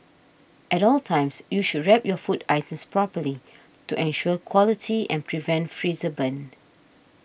at all times you should wrap your food items properly to ensure quality and prevent freezer burn